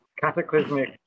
cataclysmic